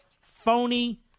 phony